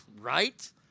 Right